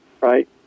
right